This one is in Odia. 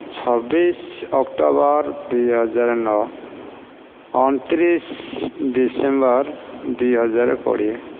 ଛବିଶ ଅକ୍ଟୋବର ଦୁଇ ହଜାର ନ ଅଣତିରିଶ ଡିସେମ୍ବର ଦୁଇ ହଜାର କୋଡ଼ିଏ